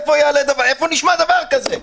איפה נשמע דבר כזה?